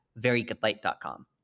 VeryGoodLight.com